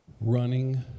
running